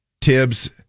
Tibbs